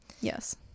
Yes